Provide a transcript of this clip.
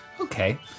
Okay